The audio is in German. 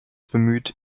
bemüht